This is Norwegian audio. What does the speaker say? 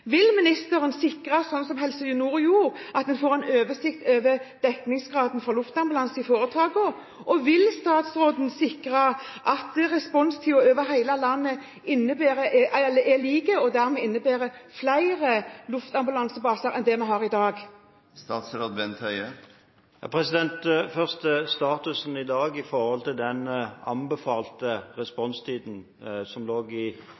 Vil ministeren sikre – slik Helse Nord har gjort – at vi får en oversikt over dekningsgraden for luftambulansen i helseforetakene, og vil statsråden sikre at responstiden over hele landet er lik og dermed innebærer flere luftambulansebaser enn det vi har i dag? Først til statusen i dag når det gjelder den anbefalte responstiden som lå i